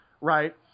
right